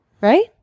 Right